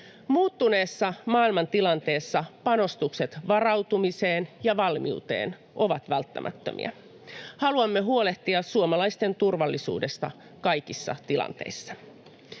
Muuttuneessa maailmantilanteessa panostukset varautumiseen ja valmiuteen ovat välttämättömiä. Haluamme huolehtia suomalaisten turvallisuudesta kaikissa tilanteissa.